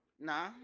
Nah